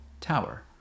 tower